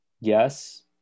yes